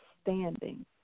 standing